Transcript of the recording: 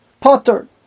Potter